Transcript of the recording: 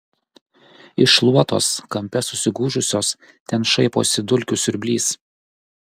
iš šluotos kampe susigūžusios ten šaiposi dulkių siurblys